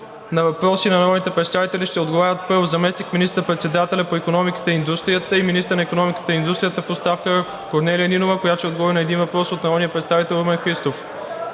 На въпроси на народните представители ще отговарят: 1. Заместник министър-председателят по икономиката и индустрията и министър на икономиката и индустрията в оставка Корнелия Нинова ще отговори на един въпрос от народния представител Румен Христов.